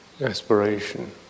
aspiration